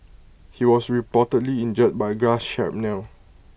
he was reportedly injured by glass shrapnel